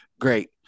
Great